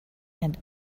and